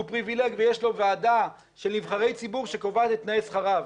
שהוא פריבילג ויש לו ועדה של נבחרי ציבור שקובעת את תנאי שכרו,